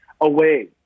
away